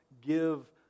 give